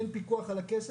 אין פיקוח על הכסף.